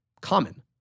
common